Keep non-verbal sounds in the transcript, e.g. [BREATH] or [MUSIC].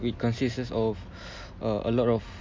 which consists of [BREATH] a lot of